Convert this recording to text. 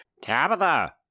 Tabitha